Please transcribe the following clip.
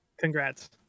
Congrats